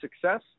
success